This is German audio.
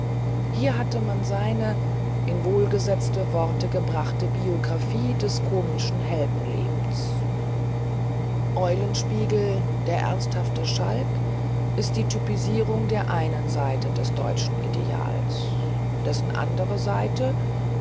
hier hatte man seine in wohlgesetzte worte gebrachte biographie des komischen heldenlebens eulenspiegel der ernsthafte schalk ist die typisierung der einen seite des deutschen ideals dessen andere seite